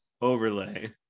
overlay